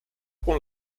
con